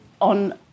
on